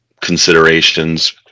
considerations